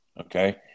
Okay